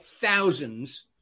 thousands